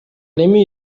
эми